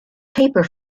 paper